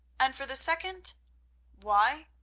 and for the second why,